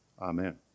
Amen